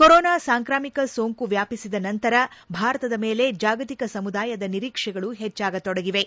corona ಸಾಂಕ್ರಾಮಿಕ ಸೋಂಕು ವ್ಯಾಪಿಸಿದ ನಂತರ ಭಾರತದ ಮೇಲೆ ಜಾಗತಿಕ ಸಮುದಾಯದ ನಿರೀಕ್ಷೆಗಳು ಪೆಚ್ಚಾಗ ತೊಡಗಿವೆ